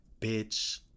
Bitch